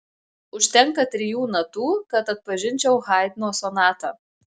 užtenka trijų natų kad atpažinčiau haidno sonatą